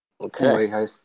Okay